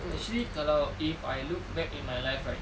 actually kalau if I look back in my life right